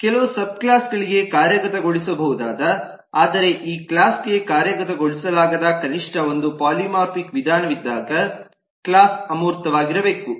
ಕೆಲವು ಸಬ್ಕ್ಲಾಸ್ ಗಳಿಗೆ ಕಾರ್ಯಗತಗೊಳಿಸಬಹುದಾದ ಆದರೆ ಈ ಕ್ಲಾಸ್ ಗೆ ಕಾರ್ಯಗತಗೊಳಿಸಲಾಗದ ಕನಿಷ್ಠ ಒಂದು ಪಾಲಿಮಾರ್ಫಿಕ್ ವಿಧಾನವಿದ್ದಾಗ ಕ್ಲಾಸ್ ಅಮೂರ್ತವಾಗಿರಬೇಕು